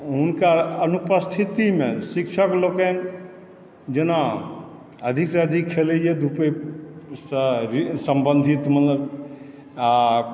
हुनकर अनुपस्थितिमे शिक्षक लोकनि जेना अधिक सँ अधिक खेलैए धुपैए सम्बन्धित मने आओर